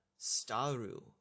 staru